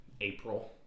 April